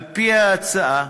על-פי ההצעה,